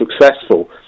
successful